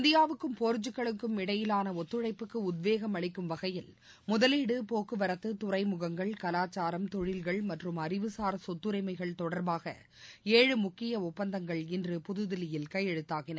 இந்தியாவுக்கும் போர்ச்சுகலுக்கும் இடையிலாள ஒத்துழைப்புக்கு உத்வேகம் அளிக்கும் வகையில் முதலீடு போக்குவரத்து துறைமுகங்கள் கலாச்சாரம் தொழில்கள் மற்றும் அறிவுசார் சொத்தரிமைகள் தொடர்பாக ஏழு முக்கிய ஒப்பந்தங்கள் இன்று புதுதில்லியில் கையெழுத்தாகின